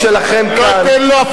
למה ציפי לא תמכה,